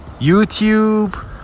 YouTube